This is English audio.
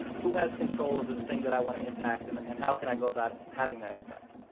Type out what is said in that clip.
who has control over the thing that i want to impact and and how can i go about having that impact.